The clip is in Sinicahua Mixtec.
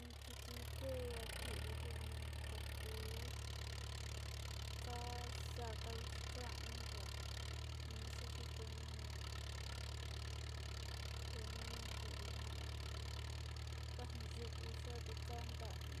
Iin kit ké anrivi njan kivi koin kokuu, ka'am xaka kaon kuchi kanio kuka kini kexitunu, temane kivinyuku kajen yuku xuaden kanta hí